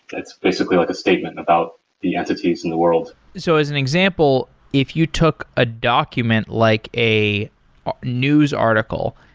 that's basically like a statement about the entities in the world so as an example, if you took a document like a news article,